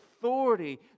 authority